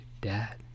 dad